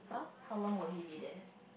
how long will he be there